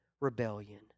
rebellion